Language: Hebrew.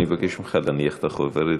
אני מבקש ממך להניח את החוברת,